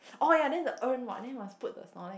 oh ya then the urn what then must put the Snorlax